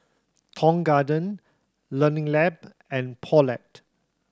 Tong Garden Learning Lab and Poulet